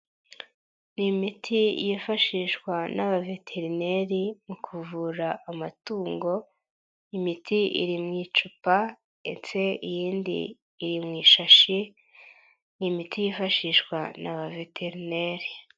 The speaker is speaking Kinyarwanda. Ni imiti yifashishwa n'abaveterineri mu kuvura amatungo, imiti iri mu icupa, ndetse iyindi iri mu ishashi, ni imiti yifashishwa na ba veterineri.